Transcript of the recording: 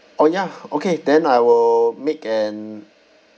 orh ya okay then I will make an